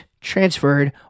transferred